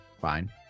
fine